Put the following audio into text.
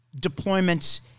deployments